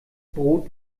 brot